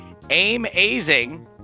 AimAzing